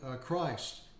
Christ